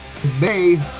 today